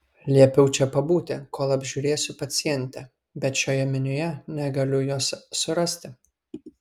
liepiau čia pabūti kol apžiūrėsiu pacientę bet šioje minioje negaliu jos surasti